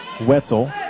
Wetzel